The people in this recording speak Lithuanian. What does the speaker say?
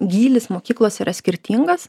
gylis mokyklos yra skirtingas